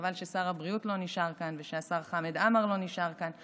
חבל ששר הבריאות לא נשאר כאן ושהשר חמד עמאר לא נשאר כאן: